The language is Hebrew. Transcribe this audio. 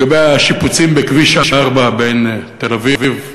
לגבי השיפוצים בכביש 4 בין תל-אביב לאשדוד,